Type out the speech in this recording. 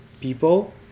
people